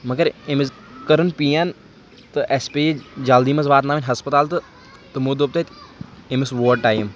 مگر أمِس کٔرٕن پین تہٕ اَسہِ پیٚیہِ جلدی منٛز واتناوٕنۍ ہَسپَتال تہٕ تٕمو دوٚپ تَتہِ أمِس ووت ٹایم